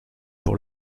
pour